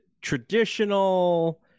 traditional